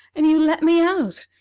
and you let me out,